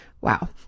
wow